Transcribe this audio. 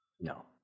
No